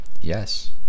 Yes